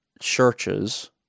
churches